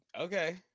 Okay